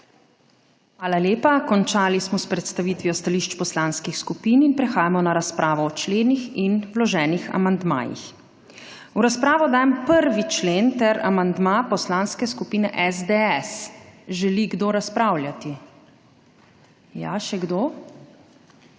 Hvala lepa. Končali smo s predstavitvijo stališč poslanskih skupin in prehajamo na razpravo o členih in vloženih amandmajih. V razpravo dajem 1. člen, ter amandma Poslanske skupine SDS. Želi kdo razpravljati? (Da.) Ja, še kdo?